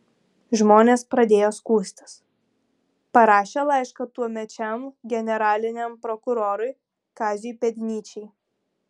žmonės pradėjo skųstis parašė laišką tuomečiam generaliniam prokurorui kaziui pėdnyčiai